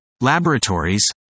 laboratories